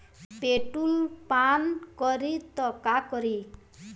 Petrol पान करी त का करी?